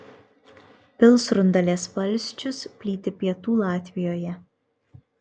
pilsrundalės valsčius plyti pietų latvijoje